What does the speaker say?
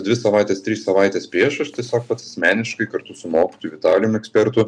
dvi savaitės trys savaitės prieš aš tiesiog pats asmeniškai kartu su mokytoju vitalijum ekspertu